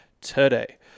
today